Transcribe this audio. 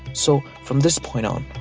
so, from this point on,